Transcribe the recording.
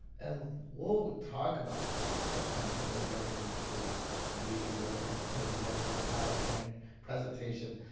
and we'll we'll talk about sometimes when they're going into a meeting where they're putting together their powerpoint presentation.